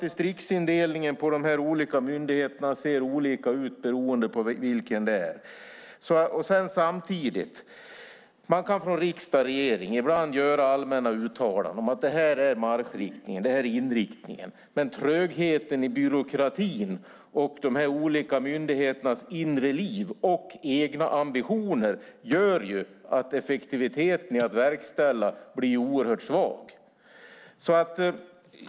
Distriktsindelningen på de olika myndigheterna ser olika ut beroende på vilken myndighet det gäller. Samtidigt kan man från riksdag och regering ibland göra allmänna uttalanden om att detta är marschriktningen och inriktningen. Men trögheten i byråkratin och de olika myndigheternas inre liv och egna ambitioner gör att effektiviteten i att verkställa blir oerhört svag.